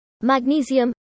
magnesium